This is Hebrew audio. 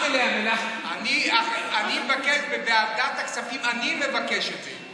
אני מבקש בוועדת הכספים, אני מבקש את זה.